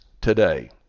today